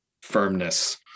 firmness